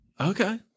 Okay